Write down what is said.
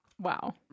Wow